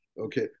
Okay